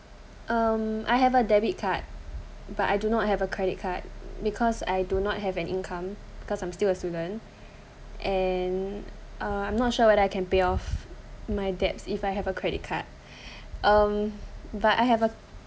um I have a debit card but I do not have a credit card because I do not have an income because I'm still a student and uh I'm not sure whether I can pay off my debts if I have a credit card um but I have a